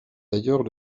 d’ailleurs